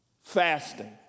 fasting